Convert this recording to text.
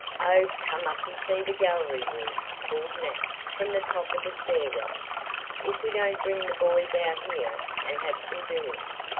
oh, come up and see the gallery room, called nat from the top of the stair-well. if we don't bring the boys out here and have some doings!